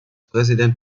präsident